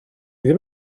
ddim